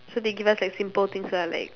so they give us like simple things lah like